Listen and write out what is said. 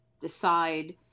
decide